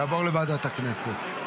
יעבור לוועדת הכנסת.